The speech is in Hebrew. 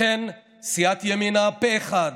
לכן סיעת ימינה פה אחד